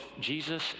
Jesus